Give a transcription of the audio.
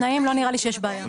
לא נראה לי שיש בעיה.